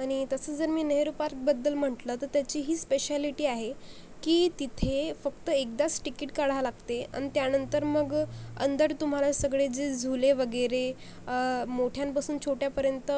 आणि तसं जर मी नेहरु पार्कबद्दल म्हटलं तर त्याची ही स्पेशालिटी आहे की तिथे फक्त एकदाच टिकीट काढावं लागते आणि त्यानंतर मग अंदर तुम्हाला सगळे जे झुले वगैरे मोठ्यांपासून छोट्यापर्यंत